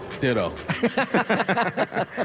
Ditto